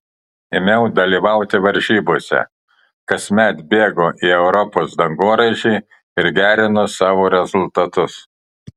ėmiau dalyvauti varžybose kasmet bėgu į europos dangoraižį ir gerinu savo rezultatus